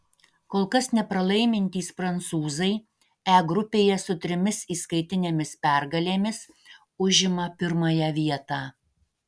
kol kas nepralaimintys prancūzai e grupėje su trimis įskaitinėmis pergalėmis užima pirmąją vietą